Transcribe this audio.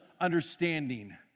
understanding